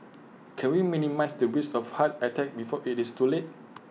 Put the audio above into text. can we minimise the risk of heart attack before IT is too late